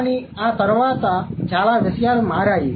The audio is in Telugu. కానీ ఆ తర్వాత చాలా విషయాలు మారాయి